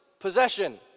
Possession